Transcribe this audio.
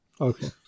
Okay